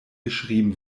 geschrieben